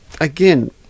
again